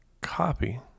copy